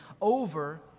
over